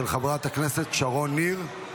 של חברת הכנסת שרון ניר.